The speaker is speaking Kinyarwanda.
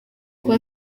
kuba